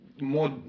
more